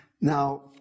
Now